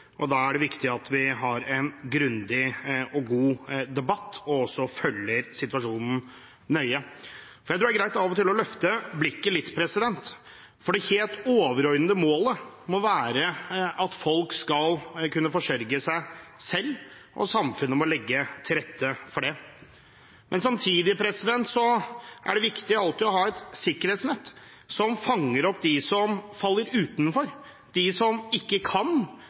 og da er det viktig at vi har en grundig og god debatt og følger situasjonen nøye. Jeg tror det er greit av og til å løfte blikket litt. For det helt overordnede målet må være at folk skal kunne forsørge seg selv, og samfunnet må legge til rette for det. Samtidig er det viktig alltid å ha et sikkerhetsnett som fanger opp dem som faller utenfor, dem som ikke kan